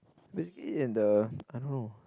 basically in the I don't know